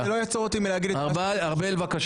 גם קריאה רביעית לא תעצור אותי מלהגיד את מה --- ארבל בבקשה.